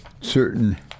certain